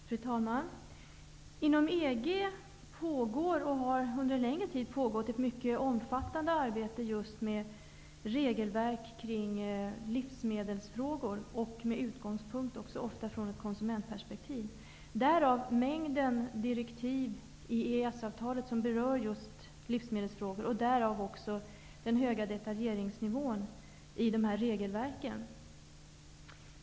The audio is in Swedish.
Fru talman! Inom EG pågår och har under en längre tid pågått ett mycket omfattande arbete just med regelverk kring livsmedelsfrågor, ofta med utgångspunkt i ett konsumentperspektiv. Detta är anledningen till mängden direktiv i EES-avtalet som berör just livsmedelsfrågor och till den höga graden av detaljering i regelverken.